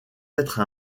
être